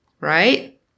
right